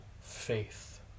faith